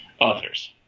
others